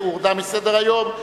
הורדה מסדר-היום.